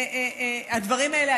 הדברים האלה,